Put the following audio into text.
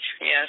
Yes